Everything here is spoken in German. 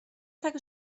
tage